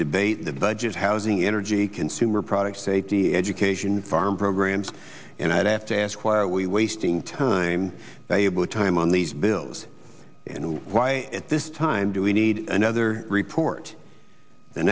debate the budget housing energy consumer products safety education farm programs and i have to ask why are we wasting time able time on these bills and why at this time do we need another report